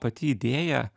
pati idėja